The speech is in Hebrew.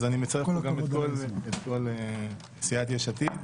אז אני מצרף את כל סיעת יש עתיד.